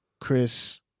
Chris